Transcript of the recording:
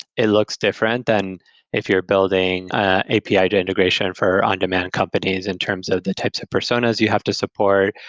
it looks different than if you're building ah api to integration for on-demand companies in terms of the types of personas you have to support,